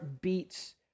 beats